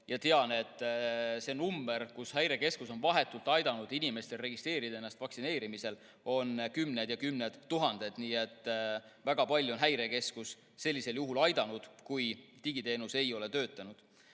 Tean, et see number, kui palju Häirekeskus on vahetult aidanud inimestel registreeruda vaktsineerimisele, on kümnetes ja kümnetes tuhandetes. Nii et väga palju on Häirekeskus sellisel juhul aidanud, kui digiteenus ei ole töötanud.